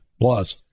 Plus